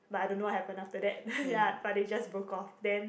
but I don't know what happened after that ya then they just broke off then